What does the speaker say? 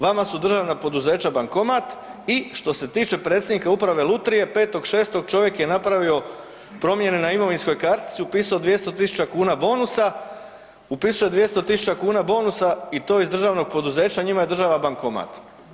Vama su državna poduzeća bankomat i što se tiče predsjednika uprave Lutrije, 5.6. čovjek je napravio promjene na imovinskoj kartici, upisao 200 tisuća kuna bonusa, upisao je 200 tisuća kuna bonusa i to iz državnog poduzeća, njima je država bankomat.